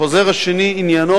החוזר השני עניינו